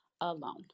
alone